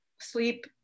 sleep